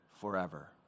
forever